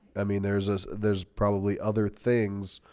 i mean there's a there's probably other things